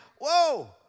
whoa